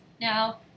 Now